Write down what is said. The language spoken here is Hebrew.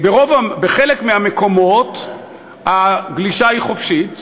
בחלק מהמקומות הגלישה חופשית,